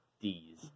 D's